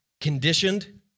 conditioned